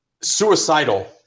suicidal